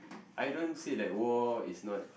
I don't say that war is not